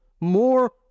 more